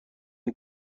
این